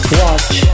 watch